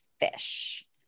fish